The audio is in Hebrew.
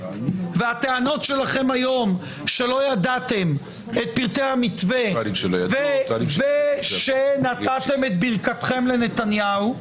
והטענות שלכם היום שלא ידעתם את פרטי המתווה ושנתתם את ברכתכם לנתניהו.